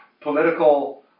political